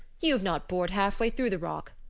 you have not bored half-way through the rock.